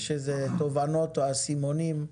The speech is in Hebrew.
יש תובנות או אסימונים?